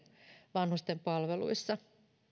vanhusten palveluissa